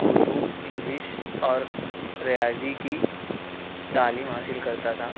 Urdu English اور ریاضی کی تعلیم حاصل کرتا تھا